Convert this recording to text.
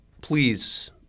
please